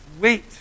wait